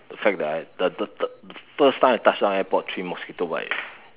the fact that I the the the the first time I touch down airport three mosquito bites already